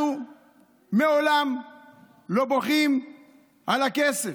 אנחנו לעולם לא בוכים על הכסף.